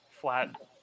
flat